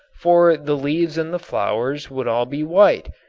for the leaves and the flowers would all be white,